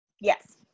Yes